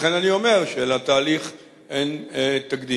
לכן אני אומר שלתהליך אין תקדים,